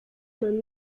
man